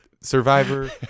Survivor